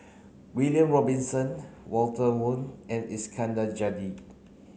William Robinson Walter Woon and Iskandar Jalil